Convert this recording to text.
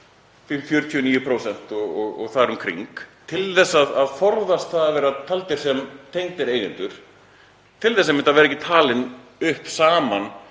49% og þar um kring, til að forðast það að vera talin sem tengdir eigendur til þess til að mynda að vera ekki talin upp saman